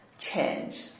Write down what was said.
change